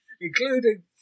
Including